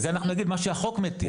אנחנו נגיד מה שהחוק מתיר.